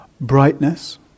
brightness